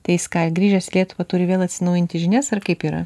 tai jis ką grįžęs į lietuvą turi vėl atsinaujinti žinias ar kaip yra